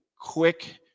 quick